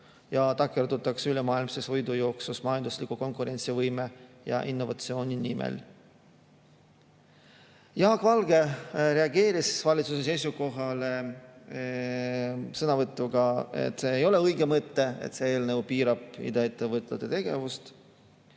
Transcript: ja takerdutaks ülemaailmses võidujooksus majandusliku konkurentsivõime ja innovatsiooni nimel. Jaak Valge reageeris valitsuse seisukohale sõnavõtuga, et see ei ole õige mõte, nagu see eelnõu piiraks iduettevõtete tegevust.